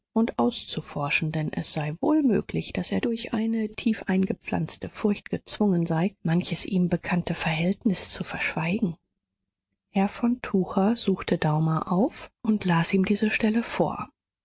und auszuforschen denn es sei wohl möglich daß er durch eine tiefeingepflanzte furcht gezwungen sei manches ihm bekannte verhältnis zu verschweigen herr von tucher suchte daumer auf und las ihm diese stelle vor